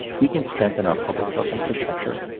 we can strengthen our public health infrastructure,